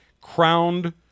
crowned